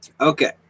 Okay